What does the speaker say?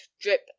drip